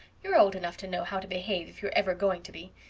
you're old enough to know how to behave if you're ever going to be.